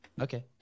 Okay